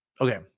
okay